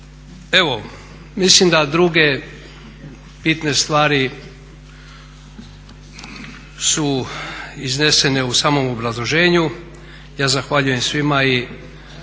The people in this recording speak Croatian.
Evo mislim da druge bitne stvari su iznesene u samom obrazloženju. Ja zahvaljujem svima.